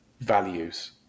values